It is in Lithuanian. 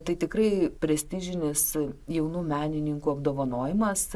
tai tikrai prestižinis jaunų menininkų apdovanojimas